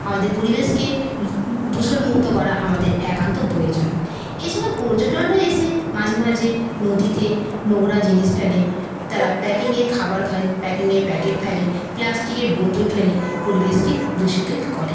আমাদের পরিবেশকে দূষণমুক্ত করা আমাদের একান্ত প্রয়োজন এছাড়া পর্যটকরা এসে মাঝে মাঝে নদীতে নোংরা জিনিস ফেলে তারা প্যাকিংয়ের খাবার খায় প্যাকিংয়ের প্যাকেট ফেলে প্লাস্টিকের বোতল ফেলে পরিবেশকে দূষিত করে